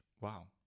Wow